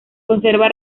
conserva